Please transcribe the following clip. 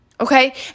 Okay